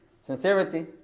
sincerity